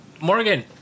Morgan